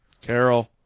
Carol